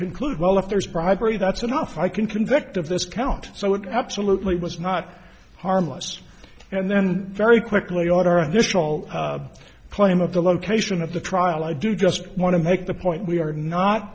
conclude well if there's primary that's enough i can convict of this count so it absolutely was not harmless and then very quickly are additional claim of the location of the trial i do just want to make the point we are not